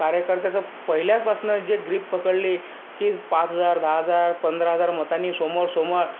कार्यकर्त्याचा पहिल्याचपासून जे ग्रीप पकडली की पाच हजार दहा हजार पंधरा हजार मतांनी समोर समोर